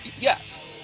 yes